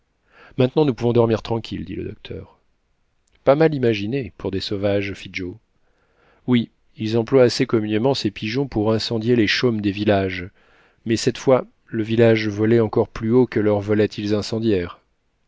maintenant nous pouvons dormir tranquilles dit le docteur pas mal imaginé pour des sauvages fit joe oui ils emploient assez communément ces pigeons pour incendier les chaumes des villages mais cette fois le village volait encore plus haut que leurs volatiles incendiaires